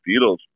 Beatles